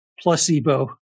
placebo